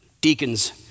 Deacons